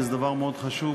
וזה דבר מאוד חשוב,